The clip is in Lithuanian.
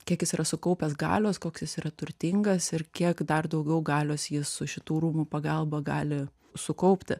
kiek jis yra sukaupęs galios koks jis yra turtingas ir kiek dar daugiau galios jis su šitų rūmų pagalba gali sukaupti